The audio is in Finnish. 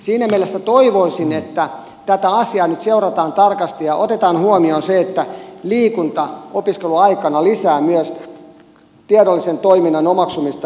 siinä mielessä toivoisin että tätä asiaa nyt seurataan tarkasti ja otetaan huomioon se että liikunta opiskeluaikana lisää myös tiedollisen toiminnan omaksumista